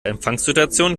empfangssituation